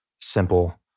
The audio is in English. simple